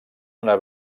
una